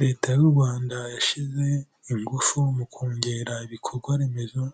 Leta y'u Rwanda yashyize ingufu mu kongera ibikorwa remezo,